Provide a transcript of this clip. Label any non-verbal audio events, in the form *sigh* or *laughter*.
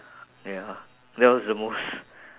*breath* ya that was the most